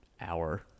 hour